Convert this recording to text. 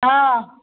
हँ